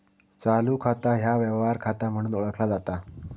चालू खाता ह्या व्यवहार खाता म्हणून ओळखला जाता